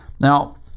Now